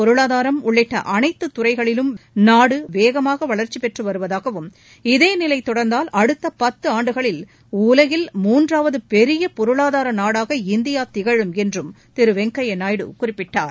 பொருளாதாரம் உள்ளிட்ட அனைத்து துறைகளிலும் நாடு வேகமாக வளர்ச்சி பெற்று வருவதாகவும் இதே நிலை தொடர்ந்தால் அடுத்த பத்தாண்டுகளில் உலகில் முன்றாவது பெரிய பொருளாதார நாடாக இந்தியா திகழும் என்றும் திரு வெங்கையா நாயுடு குறிப்பிட்டார்